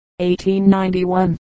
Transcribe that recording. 1891